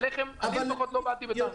אליכם אני לפחות לא באתי בטענות.